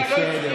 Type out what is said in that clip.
היא לא הצביעה,